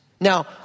Now